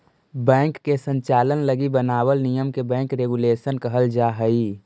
bank के संचालन लगी बनावल नियम के बैंक रेगुलेशन कहल जा हइ